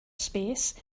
space